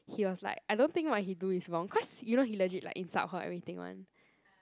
he was like I don't think what he do is wrong cause you know he legit like insult her everything [one]